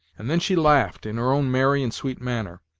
and then she laughed in her own merry and sweet manner.